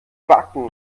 backen